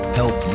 help